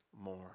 more